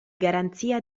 garanzia